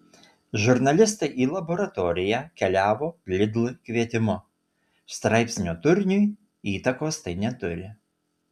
žurnalistai į laboratoriją keliavo lidl kvietimu straipsnio turiniui įtakos tai neturi